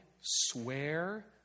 swear